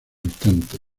instante